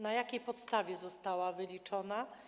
Na jakiej podstawie została wyliczona?